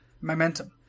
Momentum